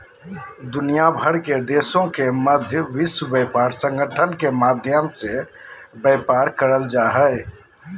दुनिया भर के देशों के मध्य विश्व व्यापार संगठन के माध्यम से व्यापार करल जा हइ